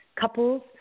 couples